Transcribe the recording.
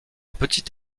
petite